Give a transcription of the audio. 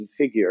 configure